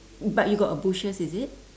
but you got a bushes is it